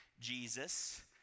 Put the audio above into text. Jesus